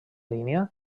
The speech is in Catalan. línia